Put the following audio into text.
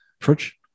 Fridge